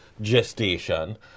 gestation